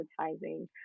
advertising